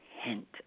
hint